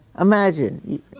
Imagine